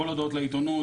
כל ההודעות לעיתונות,